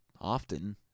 often